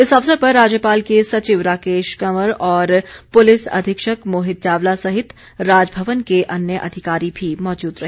इस अवसर पर राज्यपाल के सचिव राकेश कंवर और पुलिस अधीक्षक मोहित चावला सहित राजभवन के अन्य अधिकारी भी मौजूद रहे